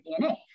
DNA